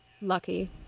Lucky